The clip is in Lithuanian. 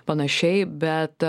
panašiai bet